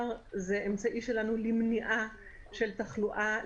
זה אמצעי שלנו למניעת תחלואה,